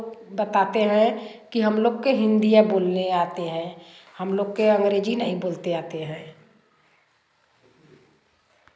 बताते हैं कि हम लोग के हिंदी बोलने आते हैं हम लोग के अंग्रेजी नहीं बोलते आते हैं